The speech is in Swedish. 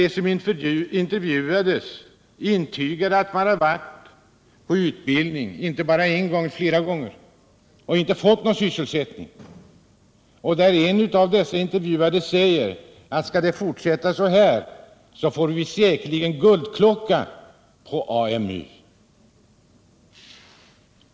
De som intervjuades intygade att de varit på utbildning inte bara en gång utan flera gånger och inte fått någon sysselsättning efteråt. En av de intervjuade sade: Skall det fortsätta så här får vi säkerligen guldklocka på AMU.